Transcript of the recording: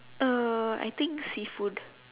uh I think seafood